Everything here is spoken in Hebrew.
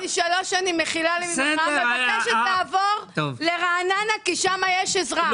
אני שלוש שנים מבקשת לעבור לרעננה כי שם יש עזרה.